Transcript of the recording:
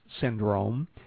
syndrome